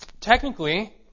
technically